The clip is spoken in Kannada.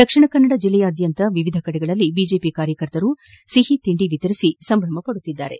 ದಕ್ಷಿಣ ಕನ್ನಡ ಜಿಲ್ಲೆಯಾದ್ಯಂತ ವಿವಿಧ ಕಡೆಗಳಲ್ಲಿ ಬಿಜೆಪಿ ಕಾರ್ಯಕರ್ತರು ಸಿಹಿ ತಿಂಡಿ ವಿತರಿಸಿ ಸಂಭ್ರಮಿಸುತ್ತಿದ್ದಾರೆ